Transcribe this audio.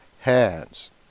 hands